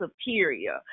superior